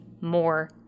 more